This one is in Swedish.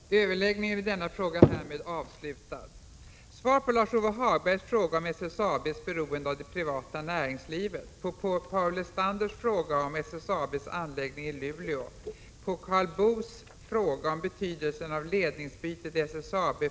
SSAB:s styrelse har fått en ny sammansättning. LKAB har gått in med ett betydande belopp i SSAB. En minskning av statens andel i SSAB har förutsatts. Dessutom har tydligen en framtida börsintroduktion föresvävat industriministern. Men den helt avgörande frågeställningen är: Vilken affärsidé, vilka nya produkter och investeringsprogram har ägarna tänkt sig för att utveckla SSAB:s verk i Norrbotten? Planeras för ett stål-, energioch kemikombinat vid SSAB-Luleverken?